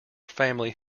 family